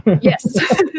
Yes